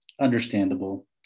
understandable